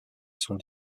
sont